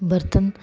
ਬਰਤਨ